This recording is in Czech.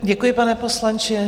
Děkuji, pane poslanče.